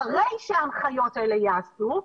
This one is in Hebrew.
אחרי שההנחיות האלה ייעשו,